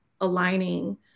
aligning